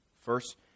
First